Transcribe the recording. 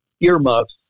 earmuffs